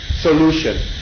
solution